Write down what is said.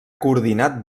coordinat